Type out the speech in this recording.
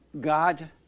God